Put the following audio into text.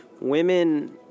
women